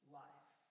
life